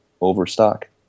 overstock